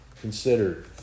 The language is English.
consider